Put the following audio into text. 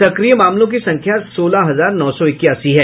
सक्रिय मामलों की संख्या सोलह हजार नौ सौ इक्यासी है